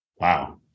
Wow